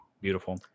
beautiful